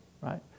right